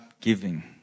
Giving